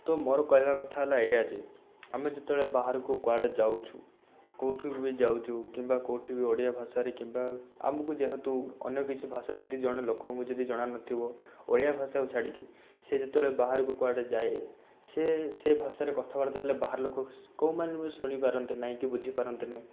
ତ ମୋର କହିବା କଥା ହେଲା ଏୟା ଯେ ଆମେ ଯେତେବେଳେ ବାହାରକୁ କୁଆଡ଼େ ଯାଉଛୁ କେଉଁଠିକି ବି ଯାଉଛୁ କିମ୍ବା କେଉଁଠିକି ବି ଓଡ଼ିଆ ଭାଷାରେ କିମ୍ବା ଆମକୁ ଯେହେତୁ ଅନ୍ୟ କିଛି ଭାଷା ଯଦି ଜଣେ ଲୋକଙ୍କୁ ଯଦି ଜଣାନଥିବ ଓଡ଼ିଆ ଭାଷାକୁ ଛାଡ଼ିକି ସେ ଯେତେବେଳେ ବାହାରକୁ କୁଆଡ଼େ ଯାଏ ସେ ସେ ଭାଷାରେ କଥାବାର୍ତ୍ତା ହେଲେ ବାହାର ଲୋକ କେଉଁମାନେ ବି ଶୁଣିପାରନ୍ତି ନାହିଁ କି ବୁଝିପାରନ୍ତି ନାହିଁ